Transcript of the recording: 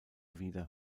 wieder